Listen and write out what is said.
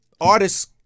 artists